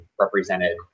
represented